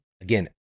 again